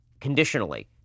conditionally